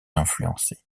influencée